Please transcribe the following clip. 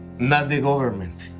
not the government.